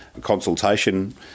consultation